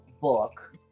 book